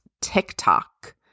TikTok